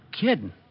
kidding